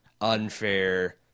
unfair